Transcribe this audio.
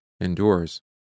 endures